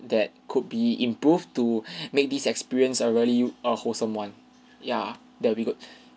that could be improved to make this experience a really err wholesome one ya that will be good